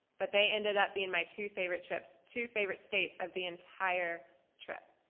but they ended up being my two favorite trips, two favorite states of the entire trip.